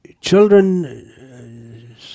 children